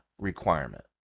Requirement